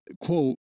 quote